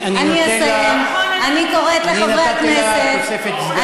אני נותן לה תוספת זמן.